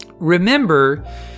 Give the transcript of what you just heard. Remember